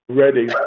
ready